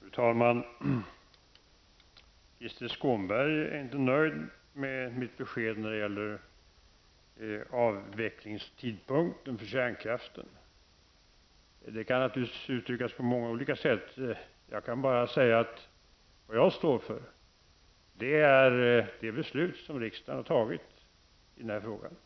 Fru talman! Krister Skånberg är inte nöjd med mitt besked när det gäller avvecklingstidpunkten för kärnkraften. Det kan naturligtvis uttryckas på många olika sätt. Jag kan bara säga att jag står för det beslut som riksdagen har fattat i den här frågan.